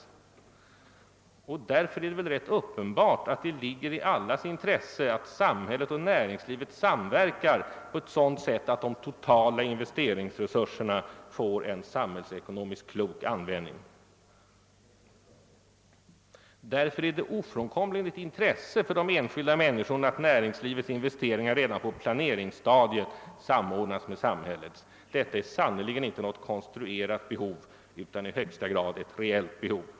Det bör därför vara uppenbart att det ligger i allas intresse att samhället och näringslivet samverkar på ett sådant sätt, att de totala investeringsresurserna får en samhällsekonomiskt klok användning. Av den anledningen är det ett ofrånkomligt intresse även för de enskilda människorna att näringslivets investeringar redan på planeringsstadiet samordnas med samhällets. Detta är sannerligen inte något konstruerat behov utan i högsta grad ett reellt behov.